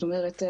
זאת אומרת,